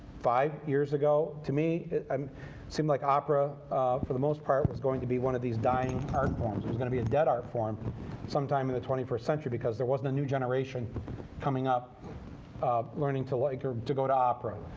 five years ago, to me it um seemed like opera for the most part was going to be one of these dying art forms. it was going to be a dead art form some time in the twenty first century because there wasn't a new generation coming up learning to like or to go to opera.